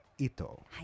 Ito